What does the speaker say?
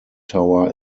tower